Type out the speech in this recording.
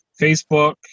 Facebook